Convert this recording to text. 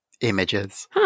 images